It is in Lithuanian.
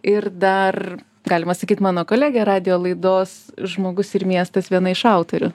ir dar galima sakyti mano kolegė radijo laidos žmogus ir miestas viena iš autorių